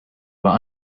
were